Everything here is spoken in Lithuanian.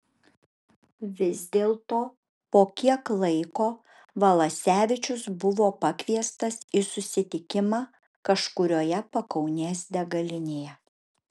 vis dėlto po kiek laiko valasevičius buvo pakviestas į susitikimą kažkurioje pakaunės degalinėje